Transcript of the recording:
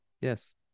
yes